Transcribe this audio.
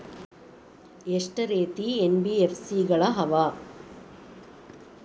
ಎಷ್ಟ ರೇತಿ ಎನ್.ಬಿ.ಎಫ್.ಸಿ ಗಳ ಅವ?